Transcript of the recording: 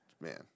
man